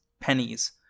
pennies